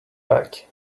back